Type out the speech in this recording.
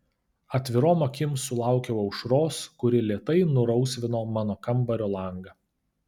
atvirom akim sulaukiau aušros kuri lėtai nurausvino mano kambario langą